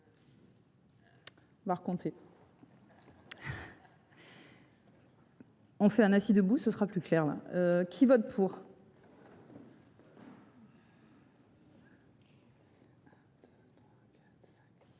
Qui vote contre. On fait un assis debout, ce sera plus clair. Qui vote pour.